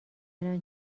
الان